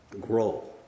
grow